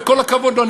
וכל הכבוד לו,